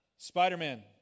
Spider-Man